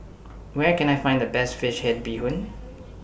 Where Can I Find The Best Fish Head Bee Hoon